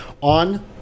on